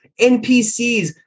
NPCs